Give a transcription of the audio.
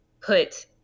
put